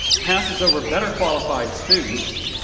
passes over better-qualif ied students,